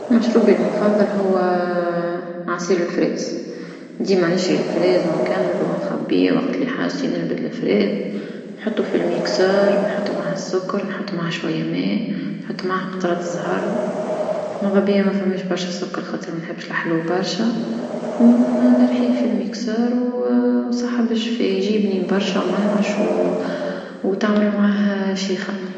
مشروبي المفضل هوا عصير الفراولة ديما نشري الفراولة ونكنجلو ونخليه وقت اللي حاجتي نجبد الفراولة نحطو في الخلاط نحطو معاه السكر نحط معاه شوية ماء نحط معاه قطرة زهر، مذا بيا ما فماش برشة سكر خطرة ما نحبش لحلو برشا، ون- نرحيه في الخلاط وصحة بشفاء، يجي بنين برشا ومنعش وتعمل معاه شيخة.